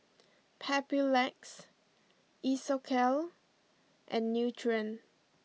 Papulex Isocal and Nutren